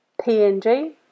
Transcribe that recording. PNG